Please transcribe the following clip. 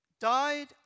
died